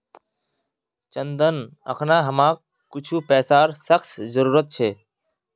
चंदन अखना हमाक कुछू पैसार सख्त जरूरत छ